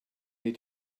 they